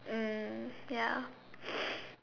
mm ya